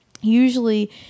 Usually